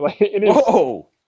Whoa